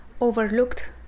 overlooked